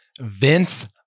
Vince